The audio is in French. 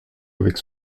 avec